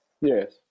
Yes